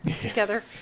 together